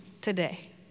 today